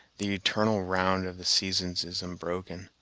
the eternal round of the seasons is unbroken.